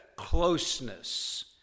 closeness